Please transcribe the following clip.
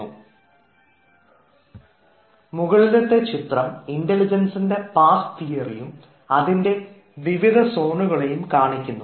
Refer Slide time 1725 മുകളിലത്തെ ചിത്രം ഇൻറലിജൻസിൻറെ പാസ്സ് തിയറിയും അതിൻറെ വിവിധ സോണുകളെയും കാണിക്കുന്നു